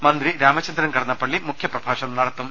മന്ത്രി അരാമചന്ദ്രൻ കടന്നപ്പള്ളി മുഖ്യപ്രഭാഷണം നടത്തും